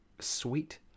sweet